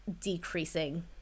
decreasing